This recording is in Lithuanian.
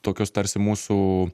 tokios tarsi mūsų